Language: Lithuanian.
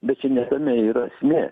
bet čia ne tame yra esmė